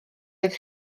oedd